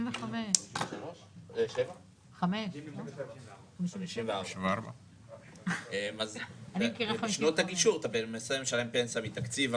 55. 54. את שנות הגישור אתה מנסה לשלם פנסיה מתקציב המדינה,